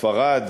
ספרד,